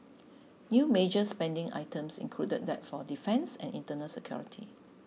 new major spending items included that for defence and internal security